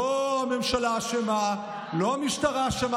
לא הממשלה אשמה, לא המשטרה אשמה.